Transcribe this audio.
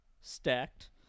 stacked